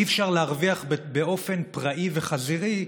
אי-אפשר להרוויח באופן פראי וחזירי,